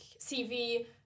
CV